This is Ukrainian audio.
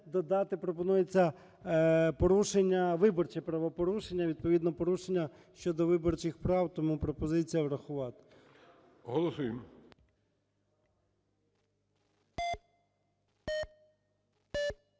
додати пропонується порушення, виборче правопорушення, відповідно порушення щодо виборчих прав. Тому пропозиція врахувати. ГОЛОВУЮЧИЙ.